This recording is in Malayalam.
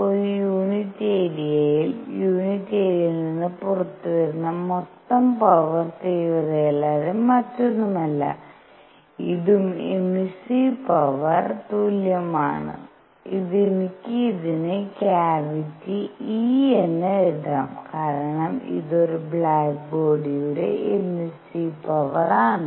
ഒരു യൂണിറ്റ് ഏരിയയിൽ നിന്ന് പുറത്തുവരുന്ന മൊത്തം പവർ തീവ്രതയല്ലാതെ മറ്റൊന്നുമല്ല ഇതും എമിസീവ് പവറിന് തുല്യമാണ് എനിക്ക് ഇതിനെ ക്യാവിറ്റി e എന്ന് എഴുതാം കാരണം ഇത് ഒരു ബ്ലാക്ക് ബോഡിയുടെ എമ്മിസ്സീവ് പവർ ആണ്